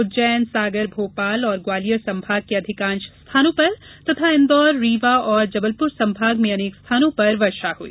उज्जैन सागर भोपाल और ग्वालियर संभाग के अधिकांश स्थानों पर तथा इंदौर रीवा और जबलपुर संभागों में अनेक स्थानों पर वर्षा हुई